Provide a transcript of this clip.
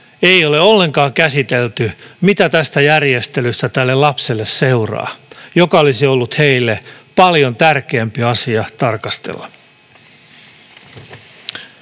ei ole ollenkaan käsitelty, mitä tästä järjestelystä tälle lapselle seuraa, mikä olisi ollut heille paljon tärkeämpi asia tarkastella.